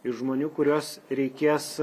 ir žmonių kuriuos reikės